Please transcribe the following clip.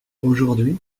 aujourd’hui